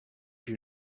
you